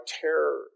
terror